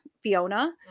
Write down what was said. Fiona